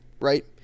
Right